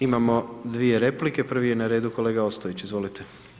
Imamo dvije replike, prvi je na redu kolega Ostojić, izvolite.